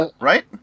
Right